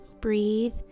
breathe